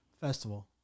Festival